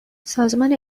سازمان